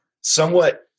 somewhat